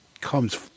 comes